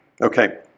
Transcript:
Okay